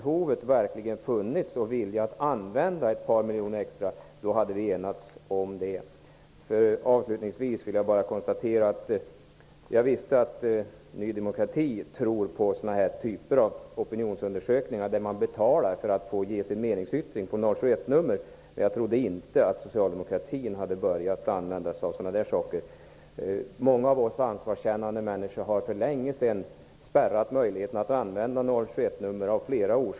Hade behovet och viljan att använda ett par miljoner extra verkligen funnits, hade vi kunnat enas om detta. Avslutningsvis vill jag bara konstatera att jag visste att Ny demokrati tror på den typ av opinionsundersökninger där man betalar för att på ett 071-nummer få lämna sin meningsyttring men att jag inte trodde att socialdemokratin hade börjat använda sådana metoder. Många ansvarskännande människor har för länge sedan, av flera orsaker, spärrat möjligheterna att använda 071-nummer.